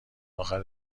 اخر